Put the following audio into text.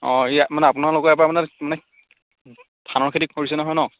অঁ ইয়াত মানে আপোনালোকৰ ইয়াৰপৰা মানে মানে ধানৰ খেতি কৰিছে নহয় ন